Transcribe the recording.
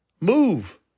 Move